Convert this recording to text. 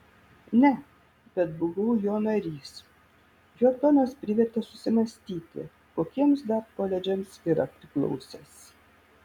ne bet buvau jo narys jo tonas privertė susimąstyti kokiems dar koledžams yra priklausęs